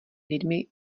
lidmi